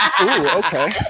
okay